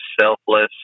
selfless